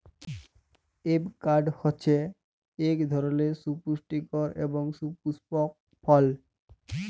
avocado হছে ইক ধরলের সুপুষ্টিকর এবং সুপুস্পক ফল